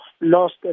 lost